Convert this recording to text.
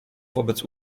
wobec